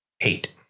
Eight